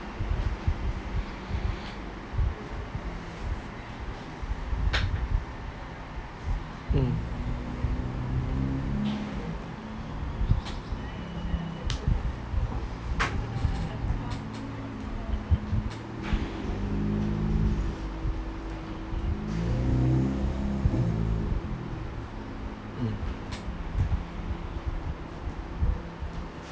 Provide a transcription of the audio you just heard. mm mm